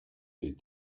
est